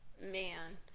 man